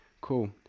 Cool